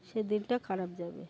সে দিনটা খারাপ যাবে